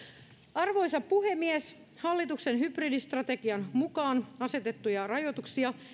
arvoisa puhemies hallituksen hybridistrategian mukaan asetettuja rajoituksia